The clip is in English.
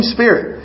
Spirit